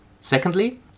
Secondly